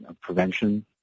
prevention